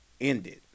Ended